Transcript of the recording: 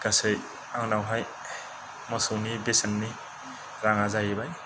गासै आंनावहाय मोसौनि बेसेननि राङा जाहैबाय